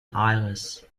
iris